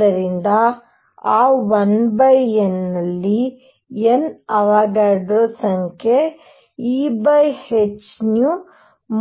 ಆದ್ದರಿಂದ ಆ 1N N Avogadro ಸಂಖ್ಯೆ Ehν